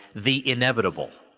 the inevitable.